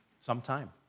sometime